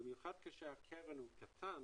במיוחד כשהקרן קטנה,